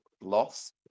loss